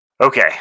Okay